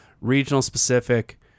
regional-specific